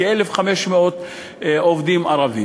כ-1,500 עובדים.